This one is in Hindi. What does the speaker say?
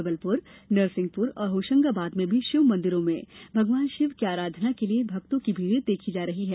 जबलपुर नरसिंहपुर और होशंगाबाद में भी शिव मंदिरों में भगवान शिव की आराधना के लिये भक्तों की भीड़ देखी जा रही है